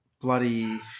bloody